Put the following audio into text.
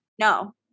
No